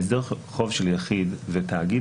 בהסדר חוב של יחיד ותאגיד,